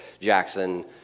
Jackson